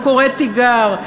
וקורא תיגר,